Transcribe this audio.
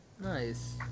Nice